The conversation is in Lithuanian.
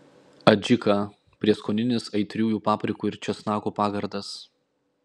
adžika prieskoninis aitriųjų paprikų ir česnakų pagardas